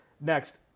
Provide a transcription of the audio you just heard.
next